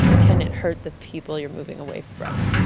can it hurt the people you're moving away from?